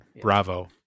Bravo